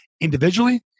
individually